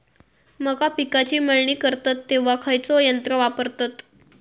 मका पिकाची मळणी करतत तेव्हा खैयचो यंत्र वापरतत?